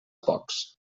pocs